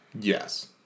Yes